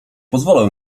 pozwolę